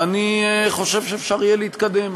אני חושב שאפשר יהיה להתקדם.